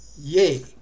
yay